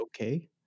okay